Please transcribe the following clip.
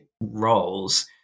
roles